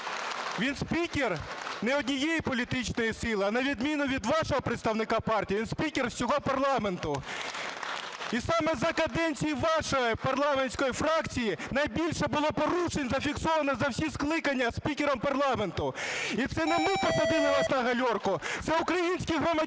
він спікер не однієї політичної сили, а, на відміну від вашого представника партії, він спікер всього парламенту. І саме за каденції вашої парламентської фракції найбільше було порушень зафіксовано за всі скликання спікером парламенту. І це не ми посадили вас на гальорку - це українські громадяни